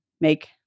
make